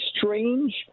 strange